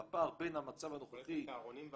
על הפער בין המצב הנוכחי --- צהרונים,